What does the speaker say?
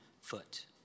foot